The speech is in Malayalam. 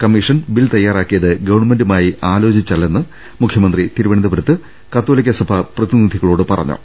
കമ്മിഷൻ ബിൽ തയ്യാറാക്കിയത് ഗവൺമെന്റുമായി ആലോചിച്ച ല്ലെന്ന് മുഖ്യമന്ത്രി തിരുവനന്തപുരത്ത് കത്തോലിക്കസഭ പ്രതിനിധികളോട് പറഞ്ഞു